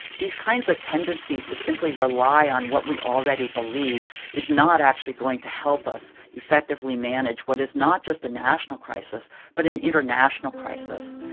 these kinds of tendencies to simply rely on what we already believe is not actually going to help us effectively manage what is not just a national crisis but an international crisis.